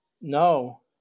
No